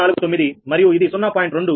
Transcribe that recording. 549 మరియు ఇది 0